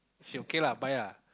say okay lah buy lah